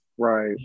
Right